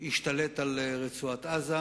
השתלט על רצועת-עזה,